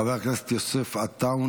חבר הכנסת עטאונה,